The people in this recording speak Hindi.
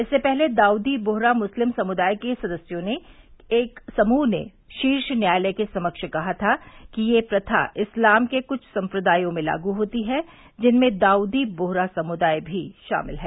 इससे पहले दाऊदी बोहरा मुस्लिम समुदाय के सदस्यों के एक समूह ने शीर्ष न्यायालय के समक्ष कहा था कि यह प्रथा इस्लाम के कुछ संप्रदायों में लागू होती है जिनमें दाऊदी बोहरा समुदाय भी शामिल है